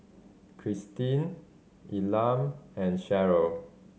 Kristyn Elam and Sharon